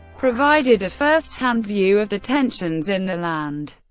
provided a first-hand view of the tensions in the land.